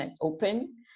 open